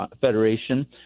Federation